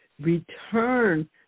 return